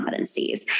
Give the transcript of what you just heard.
competencies